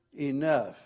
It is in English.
enough